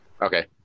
Okay